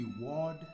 reward